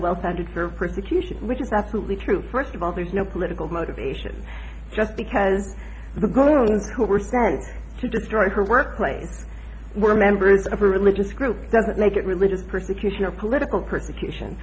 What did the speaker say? of persecution which is absolutely true first of all there's no political motivation just because the government who were sent to destroy her workplace were members of a religious group doesn't make it religious persecution or political persecution